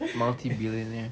multi billionaire